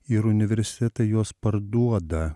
ir universitetai juos parduoda